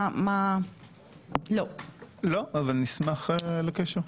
לא אך נשמח לקשר.